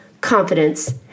confidence